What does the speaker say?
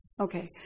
Okay